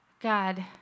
God